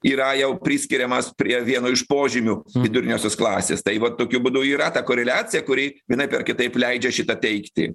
yra jau priskiriamas prie vieno iš požymių viduriniosios klasės tai va tokiu būdu yra ta koreliacija kuri vienaip ar kitaip leidžia šitą teigti